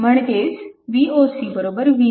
आहे म्हणजेच Voc VThevenin